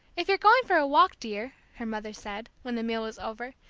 if you're going for a walk, dear, her mother said, when the meal was over,